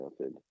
method